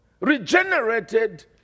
regenerated